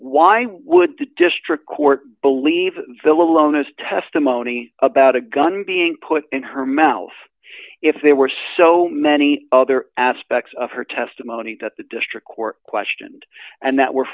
why would the district court believe the lowness testimony about a gun being put in her mouth if there were so many other aspects of her testimony that the district court questioned and that were